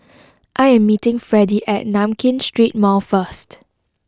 I am meeting Fredie at Nankin Street Mall first